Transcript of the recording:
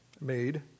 made